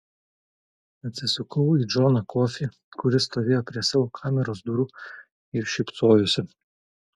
atsisukau į džoną kofį kuris stovėjo prie savo kameros durų ir šypsojosi